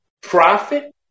profit